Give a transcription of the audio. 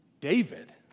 David